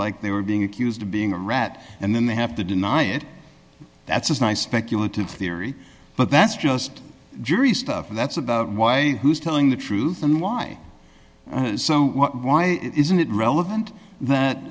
like they were being accused of being a rat and then they have to deny it that's nice speculative theory but that's just jury stuff that's about why who's telling the truth and why so why isn't it relevant that